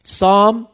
Psalm